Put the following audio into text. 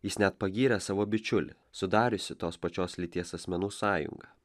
jis net pagyrė savo bičiulį sudariusį tos pačios lyties asmenų sąjungą